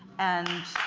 and